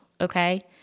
okay